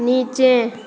नीचे